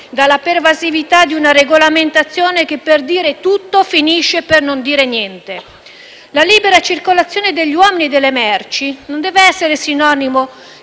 dalla pervasività di una regolamentazione che, per dire tutto, finisce per non dire niente. La libera circolazione degli uomini e delle merci non deve essere sinonimo